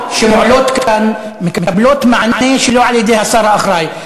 מן ההצעות שמועלות כאן מקבלות מענה שלא על-ידי השר האחראי.